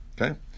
Okay